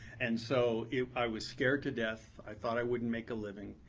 and so i was scared to death. i thought i wouldn't make a living.